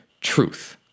truth